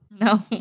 No